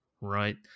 right